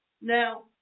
Now